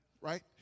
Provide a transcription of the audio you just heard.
right